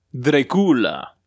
Dracula